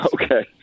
Okay